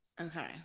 Okay